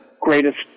greatest